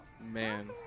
Man